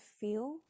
feel